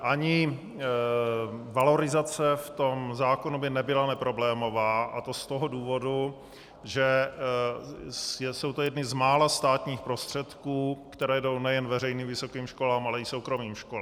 Ani valorizace v zákonu by nebyla neproblémová, a to z toho důvodu, že jsou to jedny z mála státních prostředků, které jdou nejen veřejným vysokým školám, ale i soukromým školám.